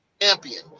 champion